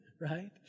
right